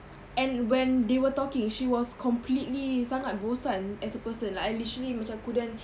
and when they were talking she was completely sangat bosan as a person like I literally macam couldn't